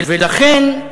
ולכן,